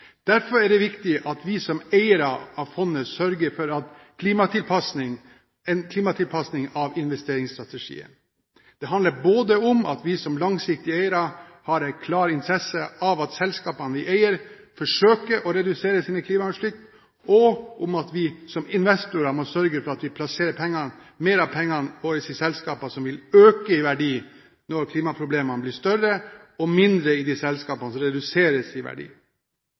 Derfor er det viktig at vi som eiere av fondet sørger for en klimatilpasning av investeringsstrategien. Det handler både om at vi som langsiktige eiere har klar interesse av at selskapene vi eier, forsøker å redusere sine klimautslipp, og om at vi som investorer må sørge for at vi plasserer mer av pengene våre i selskaper som vil øke i verdi når klimaproblemene blir større, og mindre i de selskapene som reduseres i verdi.